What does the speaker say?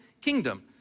kingdom